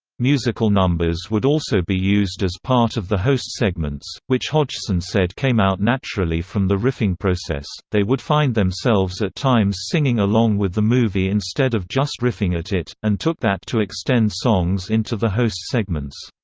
musical numbers would also be used as part of the host segments, which hodgson said came out naturally from the riffing process they would find themselves at times singing along with the movie instead of just riffing at it, and took that to extend songs into the host segments.